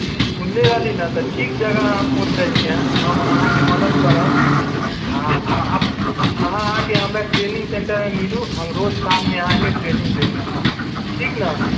सुनले रहली न तऽ ठीक जगह अहाँ फोन कइलीय हम अहाँके मदद करब आ अहाँके आके हमरा ट्रेनिंग सेन्टर मे मिलु हम रोज शाम अहाँके ट्रेनिंग देब ठीक न